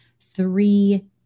three